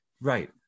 right